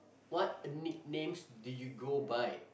what nicknames do you go by